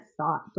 thought